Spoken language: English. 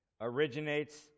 originates